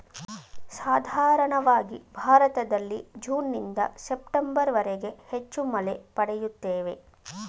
ಸಾಧಾರಣವಾಗಿ ಭಾರತದಲ್ಲಿ ಜೂನ್ನಿಂದ ಸೆಪ್ಟೆಂಬರ್ವರೆಗೆ ಹೆಚ್ಚು ಮಳೆ ಪಡೆಯುತ್ತೇವೆ